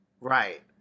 Right